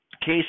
case